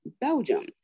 Belgium